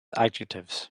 adjectives